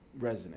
resonate